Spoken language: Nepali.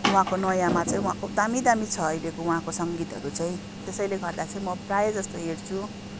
उहाँको नयाँमा चाहिँ वहाँको दामी दामी छ अहिले उहाँको सङ्गीतहरू चाहिँ त्यसैले गर्दा चाहिँ म प्रायः जस्तो हेर्छु